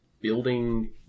building